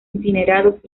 incinerados